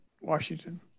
Washington